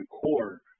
court